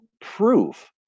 proof